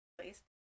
Please